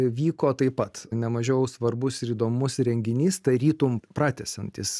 vyko taip pat nemažiau svarbus ir įdomus renginys tarytum pratęsiantis